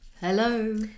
Hello